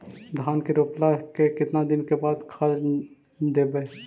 धान के रोपला के केतना दिन के बाद खाद देबै?